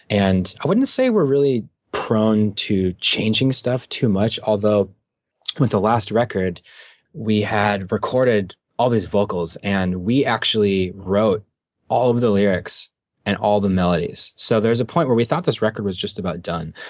and i wouldn't say we're really prone to changing stuff too much, although with the last record we had recorded all these vocals, and we actually wrote all of the lyrics and all of the melodies. so there was a point where we thought this record was just about done,